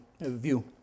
view